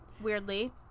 Weirdly